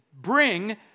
bring